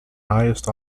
highest